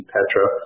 Petra